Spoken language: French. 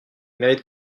mérite